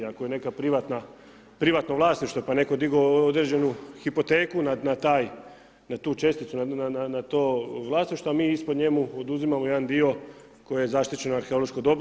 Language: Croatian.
Ako je neka privatno vlasništvo, pa je netko digao određenu hipoteku na tu česticu, na to vlasništvo, a mi ispod njemu oduzimamo jedan dio koji je zaštićeno arheološko dobro.